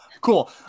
Cool